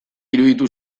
iruditu